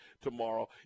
tomorrow